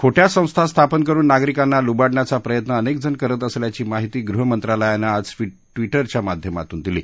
खोट्या संस्था स्थापन करुन नागरिकांना लुबाडण्याचा प्रयत्न अनेक जण करत असल्याची माहिती गृह मंत्रालयानं आज ट्विटरच्या माध्यमातून दिली